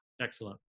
Excellent